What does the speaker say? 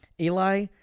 Eli